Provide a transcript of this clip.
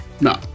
No